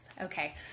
okay